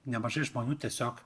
nemažai žmonių tiesiog